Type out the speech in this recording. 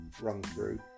run-through